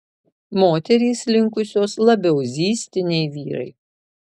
moterys linkusios labiau zyzti nei vyrai